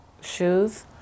shoes